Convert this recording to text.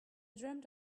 dreamt